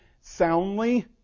soundly